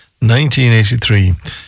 1983